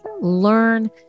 learn